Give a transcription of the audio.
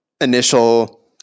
initial